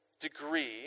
degree